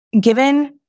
given